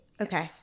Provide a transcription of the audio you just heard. Okay